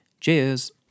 Cheers